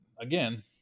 again